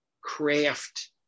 craft